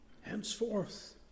Henceforth